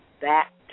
back